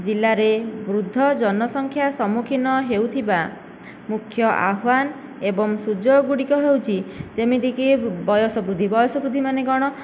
ଜିଲ୍ଲାରେ ବୃଦ୍ଧ ଜନସଂଖ୍ୟା ସମ୍ମୁଖୀନ ହେଉଥିବା ମୁଖ୍ୟ ଆହ୍ଵାନ ଏବଂ ସୁଯୋଗ ଗୁଡ଼ିକ ହେଉଛି ଯେମିତିକି ବୟସ ବୃଦ୍ଧି ବୟସ ବୃଦ୍ଧି ମାନେ କଣ